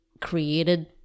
created